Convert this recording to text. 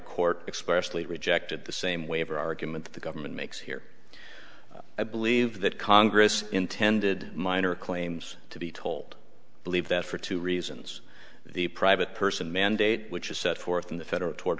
court expressly rejected the same waiver argument that the government makes here i believe that congress intended minor claims to be told to leave that for two reasons the private person mandate which is set forth in the federal to